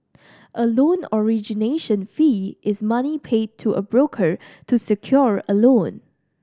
a loan origination fee is money paid to a broker to secure a loan